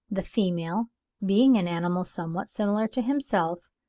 the female being an animal somewhat similar to himself,